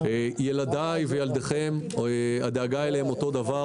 ילדיי וילדיכם הדאגה להם היא אותו דבר,